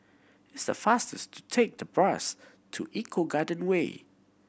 it's faster to take the bus to Eco Garden Way